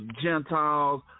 Gentiles